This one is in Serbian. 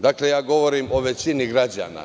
Dakle, govorim o većini građana.